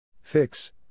Fix